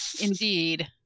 indeed